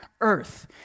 earth